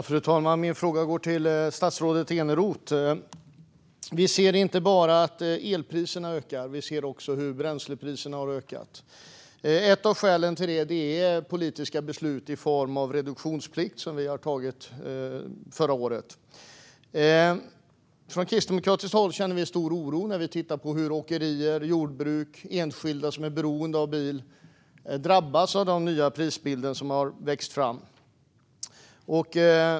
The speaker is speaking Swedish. Fru talman! Min fråga går till statsrådet Eneroth. Vi ser inte bara att elpriserna ökar utan också att bränslepriserna har ökat. Ett av skälen till det är det politiska beslutet om reduktionsplikt som vi tog förra året. Från kristdemokratiskt håll känner vi en stor oro när vi tittar på hur åkerier, jordbruk och enskilda som är beroende av bil drabbas av den nya prisbild som har växt fram.